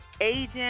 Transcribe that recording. agent